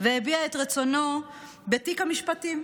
והביע את רצונו בתיק המשפטים,